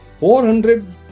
400